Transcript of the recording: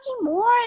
more